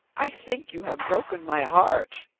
i think you have broken my heart.